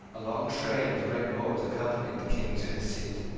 a long train of great lords accompanied the king to his seat.